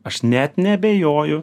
aš net neabejoju